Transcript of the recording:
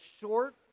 short